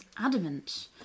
adamant